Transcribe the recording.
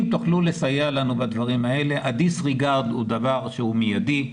אם תוכלו לסייע לנו בדברים האלה- הדיס-ריגרד הוא דבר שהוא מיידי.